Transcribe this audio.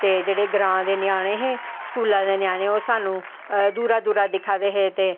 ते जेह्ड़े ग्रांऽ दे ञ्यानें हे स्कूलां दे ञ्यानें ओह् साह्नू दूरा दूरा दा दिक्खा दे हे ते